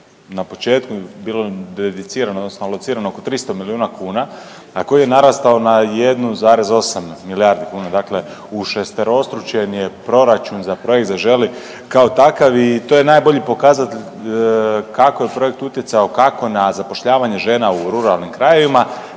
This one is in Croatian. se ne razumije./... odnosno locirano oko 300 milijuna kuna, a koji je narastao na 1,8 milijardi kuna, dakle ušesterostručen je proračun za projekt Zaželi kao takav i to je najbolji pokazatelj kako je projekt utjecao, kako na zapošljavanje žena u ruralnim krajevima,